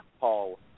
Paul